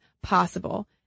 possible